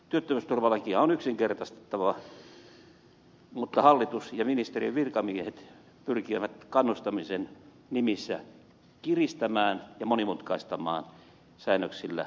työttömyysturvalakia on yksinkertaistettava mutta hallitus ja ministeriön virkamiehet pyrkivät kannustamisen nimissä kiristämään ja monimutkaistamaan säännöksillä tätä työttömyysvakuutusta